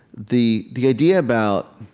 the the idea about